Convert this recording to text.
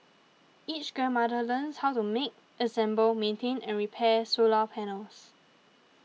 each grandmother learns how to make assemble maintain and repair solar panels